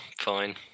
fine